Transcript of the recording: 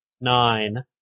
nine